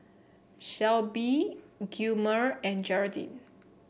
Shelbie Gilmer and Geraldine